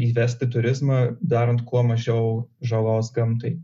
įvesti turizmą darant kuo mažiau žalos gamtai